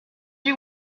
you